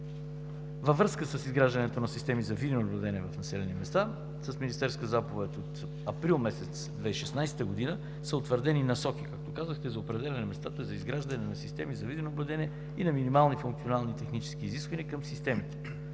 Във връзка с изграждането на системи за видеонаблюдение в населени места с министерска заповед от април месец 2016 г. са утвърдени насоки, както казахте, за определяне местата за изграждане на системи за видеонаблюдение и на минимални функционални технически изисквания към системите.